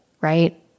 right